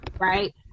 right